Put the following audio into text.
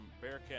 Bearcat